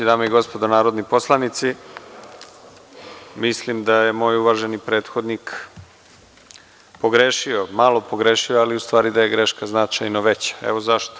Dame i gospodo narodni poslanici, mislim da je naš uvaženi prethodnik malo pogrešio, ali da je greška u stvari značajno veća, a evo i zašto.